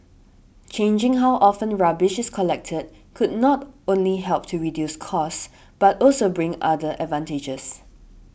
changing how often rubbish is collected could not only help to reduce costs but also bring other advantages